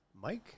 Mike